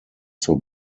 zur